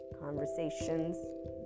conversations